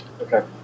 Okay